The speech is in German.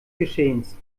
geschehens